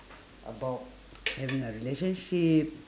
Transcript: about having a relationship